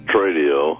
radio